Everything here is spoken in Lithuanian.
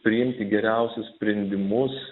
priimti geriausius sprendimus